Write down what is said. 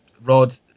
Rod